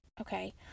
okay